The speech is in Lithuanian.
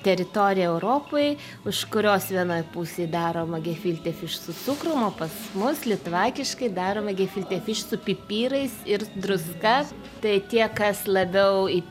teritoriją europoj už kurios vienoj pusėj daroma gefilte fiš su cukrum o pas mus litvakiškai daroma gefilte su pipirais ir druska tai tie kas labiau į